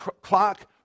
clock